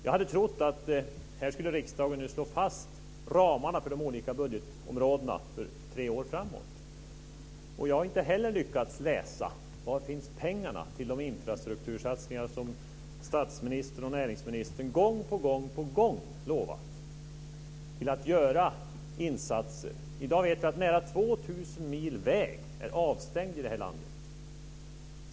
Jag hade trott att riksdagen skulle slå fast ramarna för de olika budgetområdena för tre år framåt. Jag har inte heller lyckats läsa mig till var pengarna finns till de infrastruktursatsningar som statsministern och näringsministern gång på gång har lovat till att göra insatser. I dag vet vi att 2 000 mil väg är avstängd i landet.